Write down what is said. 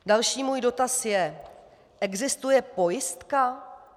Další můj dotaz je: Existuje pojistka?